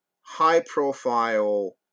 high-profile